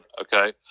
Okay